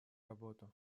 работу